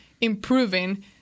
improving